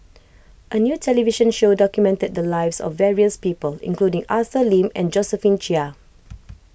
a new television show documented the lives of various people including Arthur Lim and Josephine Chia